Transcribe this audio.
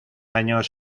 años